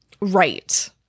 Right